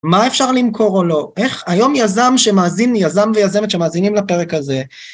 מה אפשר למכור או לא, איך היום יזם שמאזין, יזם ויזמת שמאזינים לפרק הזה.